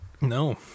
No